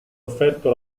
offerto